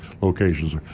locations